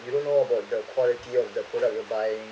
you don't know about the quality of the product you're buying